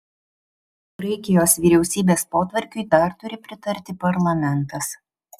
graikijos vyriausybės potvarkiui dar turi pritarti parlamentas